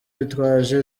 bitwaje